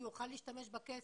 שהוא כן יוכל להשתמש בכסף?